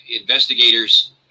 investigators